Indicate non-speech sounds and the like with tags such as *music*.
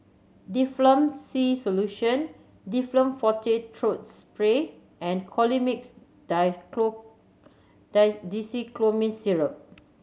Difflam C Solution Difflam Forte Throat Spray and Colimix *unintelligible* Dicyclomine Syrup